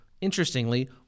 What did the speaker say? interestingly